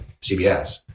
CBS